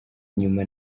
nyuma